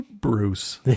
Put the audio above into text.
Bruce